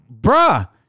bruh